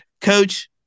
Coach